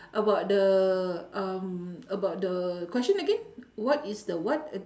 about the um about the question again what is the what ag~